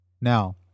Now